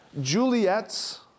Juliet's